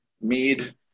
mead